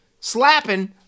slapping